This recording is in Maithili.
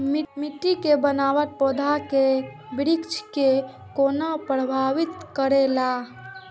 मिट्टी के बनावट पौधा के वृद्धि के कोना प्रभावित करेला?